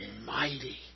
mighty